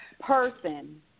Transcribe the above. person